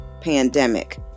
pandemic